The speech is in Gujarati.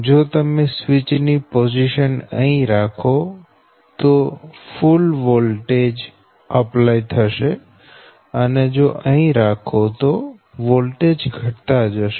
જો તમે સ્વીચ ની પોઝિશન અહી રાખો તો ફૂલ વોલ્ટેજ અપ્લાય થશે અને અહી રાખો તો વોલ્ટેજ ઘટતા જશે